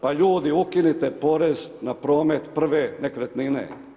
Pa ljudi ukinite porez na promet prve nekretnine.